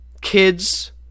kids